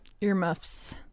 Earmuffs